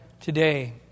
today